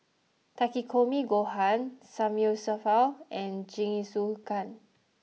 Takikomi Gohan Samgyeopsal and Jingisukan